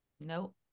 no